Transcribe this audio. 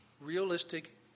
realistic